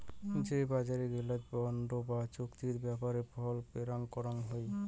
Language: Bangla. যে বজার গিলাতে বন্ড বা চুক্তি ব্যাপারে ফাল পেরোয় করাং হই